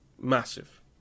massive